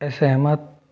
असहमत